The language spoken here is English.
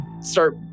start